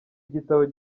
igitabo